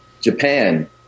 Japan